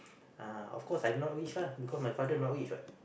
uh of course I'm not rich lah because my father not rich what